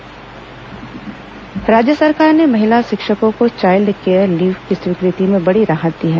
महिला कर्मचारी अवकाश राज्य सरकार ने महिला शिक्षकों को चाइल्ड केयर लीव की स्वीकृति में बड़ी राहत दी है